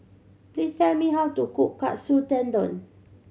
please tell me how to cook Katsu Tendon